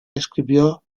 escribió